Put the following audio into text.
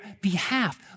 behalf